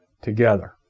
together